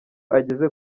ageze